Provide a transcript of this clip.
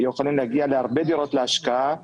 יכולה להגיע להרבה דירות להשקעה,